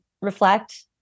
reflect